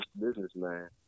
businessman